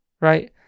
Right